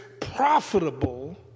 profitable